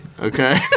Okay